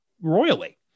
royally